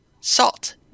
salt